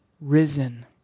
risen